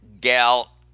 gal